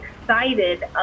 excited